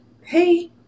hey